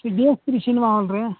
C D A three cinema ହଲ୍ରେ